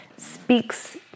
speaks